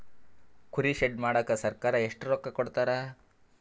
ಕುರಿ ಶೆಡ್ ಮಾಡಕ ಸರ್ಕಾರ ಎಷ್ಟು ರೊಕ್ಕ ಕೊಡ್ತಾರ?